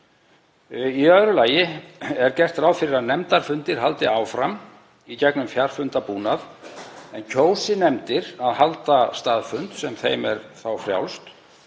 Í öðru lagi er gert ráð fyrir að nefndafundir haldi áfram í gegnum fjarfundarbúnað, en kjósi nefndir að halda staðfund, sem þeim er þá frjálst,